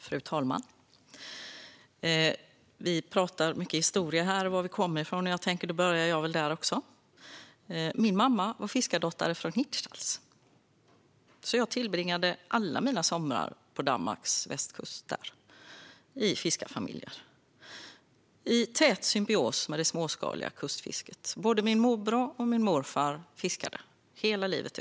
Fru talman! Vi har pratat mycket historia här och berättat var vi kommer ifrån. Jag tänkte börja på samma sätt själv också. Min mamma var fiskardotter från Hirtshals, så jag tillbringade alla mina somrar där, på Danmarks västkust, i fiskarfamiljer och i tät symbios med det småskaliga kustfisket. Både min morbror och min morfar var fiskare hela livet.